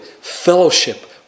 fellowship